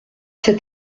cet